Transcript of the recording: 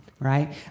right